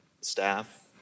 staff